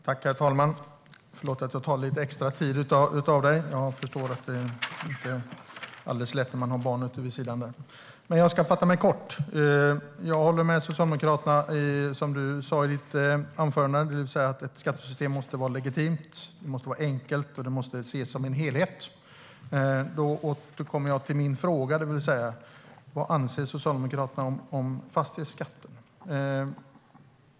Herr talman! Förlåt att jag tar lite extra tid! Jag förstår att det inte är alldeles lätt när man har barn här. Men jag ska fatta mig kort. Jag håller med Socialdemokraterna när det gäller det som du sa i ditt anförande, det vill säga att ett skattesystem måste vara legitimt. Det måste vara enkelt, och det måste ses som en helhet. Då kommer jag till min fråga. Vad anser Socialdemokraterna om fastighetsskatten?